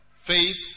faith